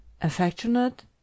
affectionate